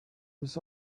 was